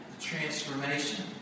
transformation